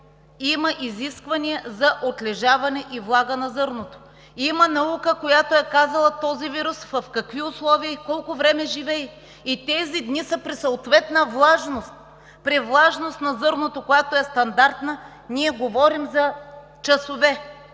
Има изисквания за отлежаване и влага на зърното. Има наука, която е казала този вирус в какви условия и колко време живее, и тези дни са при съответна влажност, при влажност на зърното, която е стандартна, говорим за часове,